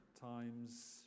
Times